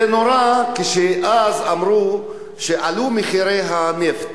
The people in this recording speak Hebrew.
זה נורא כשאז אמרו שעלו מחירי הנפט,